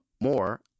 more